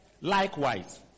Likewise